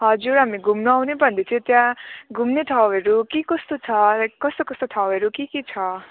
हजुर हामी घुम्नु आउने भन्दै थियो त्यहाँ घुम्ने ठाउँहरू के कस्तो छ लाइक कस्तो कस्तो ठाउँहरू के के छ